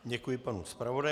Děkuji panu zpravodaji.